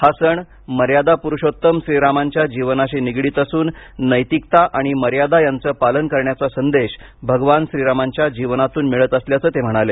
हा सण मर्यादा पुरुषोत्तम श्रीरामाच्या जीवनाशी निगडीत असून नैतिकता आणि मर्यादा यांचं पालन करण्याचा संदेश भगवान श्रीरामाच्या जीवनातून मिळत असल्याचं ते म्हणाले